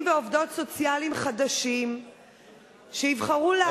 ועובדות סוציאליים חדשים שיבחרו לעבוד,